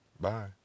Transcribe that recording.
Bye